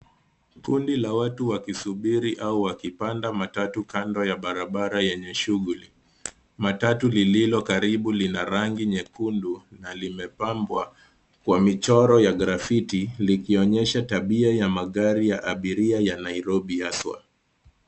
Kundi la watu wakisubiri au wakipanda matatu kando ya barabara yenye shughuli. Matatu lililo karibu lina rangi nyekundu na limepambwa kwa michoro ya grafiti, likionyesha tabia ya magari ya abiria ya Nairobi haswa.